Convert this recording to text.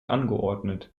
angeordnet